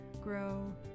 grow